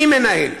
מי מנהל?